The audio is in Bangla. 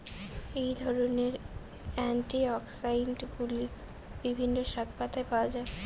এই ধরনের অ্যান্টিঅক্সিড্যান্টগুলি বিভিন্ন শাকপাতায় পাওয়া য়ায়